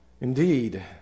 Indeed